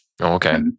Okay